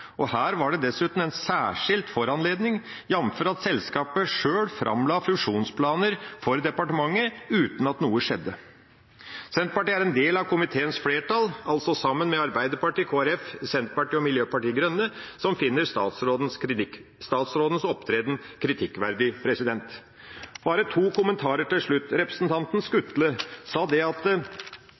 Her var det dessuten en særskilt foranledning, jamfør at selskapet sjøl framla fusjonsplaner for departementet uten at noe skjedde. Senterpartiet er en del av komiteens flertall, altså sammen med Arbeiderpartiet, Kristelig Folkeparti, Senterpartiet og Miljøpartiet De Grønne, som finner statsrådens opptreden kritikkverdig. Bare to kommentarer til slutt: Representanten Skutle sa at